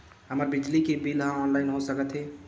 हमर बिजली के बिल ह ऑनलाइन हो सकत हे?